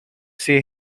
see